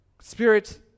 Spirit